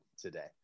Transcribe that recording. today